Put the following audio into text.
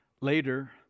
Later